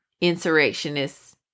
insurrectionists